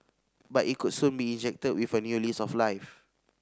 but it could soon be injected with a new lease of life